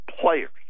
players